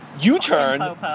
u-turn